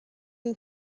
who